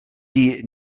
die